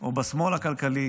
או בשמאל הכלכלי